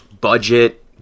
budget